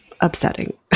upsetting